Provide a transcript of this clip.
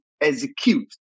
execute